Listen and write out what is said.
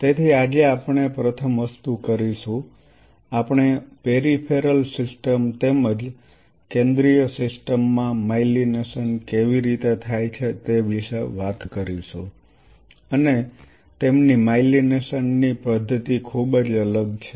તેથી આજે આપણે પ્રથમ વસ્તુ કરીશું આપણે પેરિફેરલ સિસ્ટમ તેમજ કેન્દ્રીય સિસ્ટમમાં માયલિનેશન કેવી રીતે થાય છે તે વિશે વાત કરીશું અને તેમની માયલિનેશનની પદ્ધતિ ખૂબ જ અલગ છે